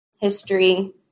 history